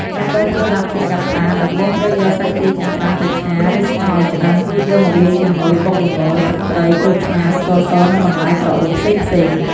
ដើម្បីធ្វើឡាបទាកាប៉ា ដំបូងត្រូវយកសាច់ទាចិញ្ច្រាំទៅឆា ឬស្ងោរឱ្យឆ្អិន រួចយកមកលាយជាមួយបុកល្ង ទឹកត្រី ក្រូចឆ្មារ ស្ករស និងបន្លែក្រអូបផ្សេងៗ។